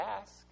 ask